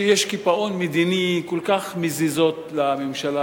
שיש קיפאון מדיני, כל כך מזיזות לממשלה